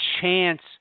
chance